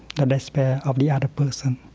the despair of the other person,